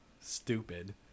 stupid